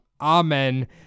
Amen